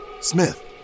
Smith